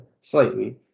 slightly